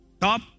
top